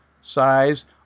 size